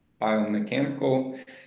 Biomechanical